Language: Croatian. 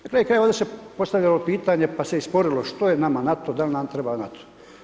Na kraju krajeva, ovdje se postavlja jedno pitanje pa se i sporilo što je nama NATO, da li nam treba NATO.